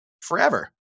forever